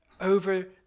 over